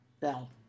bell